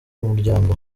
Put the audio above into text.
umuryango